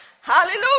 Hallelujah